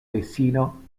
vecino